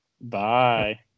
bye